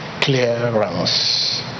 clearance